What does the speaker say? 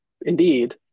indeed